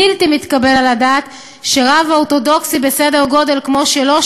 בלתי מתקבל על הדעת שרב אורתודוקסי בסדר גודל שלו,